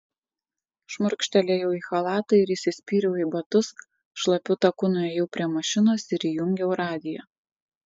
šmurkštelėjau į chalatą ir įsispyriau į batus šlapiu taku nuėjau prie mašinos ir įjungiau radiją